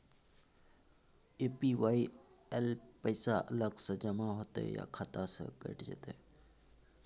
APY ल पैसा अलग स जमा होतै या खाता स कैट जेतै?